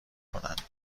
کنند